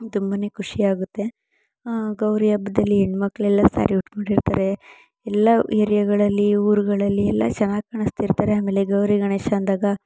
ತುಂಬನೇ ಖುಷಿಯಾಗುತ್ತೆ ಗೌರಿ ಹಬ್ಬದಲ್ಲಿ ಹೆಣ್ಮಕ್ಳೆಲ್ಲ ಸ್ಯಾರಿ ಉಟ್ಕೊಂಡಿರ್ತಾರೆ ಎಲ್ಲ ಏರಿಯಾಗಳಲ್ಲಿ ಊರುಗಳಲ್ಲಿ ಎಲ್ಲ ಚೆನ್ನಾಗಿ ಕಾಣಿಸ್ತಿರ್ತಾರೆ ಆಮೇಲೆ ಗೌರಿ ಗಣೇಶ ಅಂದಾಗ